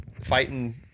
fighting